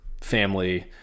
family